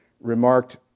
remarked